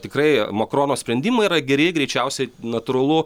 tikrai makrono sprendimai yra geri greičiausiai natūralu